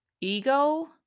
ego